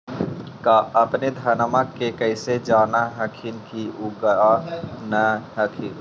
अपने धनमा के कैसे जान हखिन की उगा न हखिन?